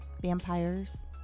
vampires